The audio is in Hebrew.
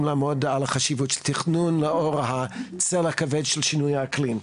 לעמוד על החשיבות של תכנון לאור הסלע הכבד של שינוי האקלים.